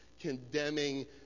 condemning